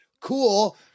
cool